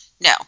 no